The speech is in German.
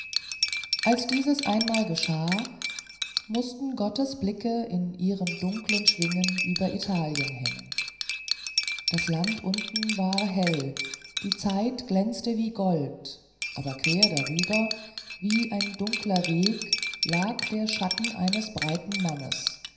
als dieses einmal geschah mußten gottes blicke in ihren dunkeln schwingen über italien hängen das land unten war hell die zeit glänzte wie gold aber quer darüber wie ein dunkler weg lag der schatten eines breiten mannes